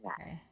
Okay